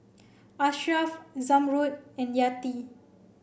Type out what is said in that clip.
Ashraff Zamrud and Yati